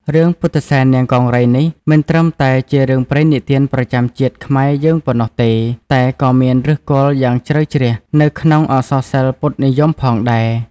រឿង ពុទ្ធិសែននាងកង្រីនេះ មិនត្រឹមតែជារឿងព្រេងនិទានប្រចាំជាតិខ្មែរយើងប៉ុណ្ណោះទេ តែក៏មានឫសគល់យ៉ាងជ្រៅជ្រះនៅក្នុងអក្សរសិល្ប៍ពុទ្ធនិយមផងដែរ។